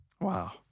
Wow